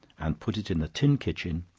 and put it in the tin kitchen,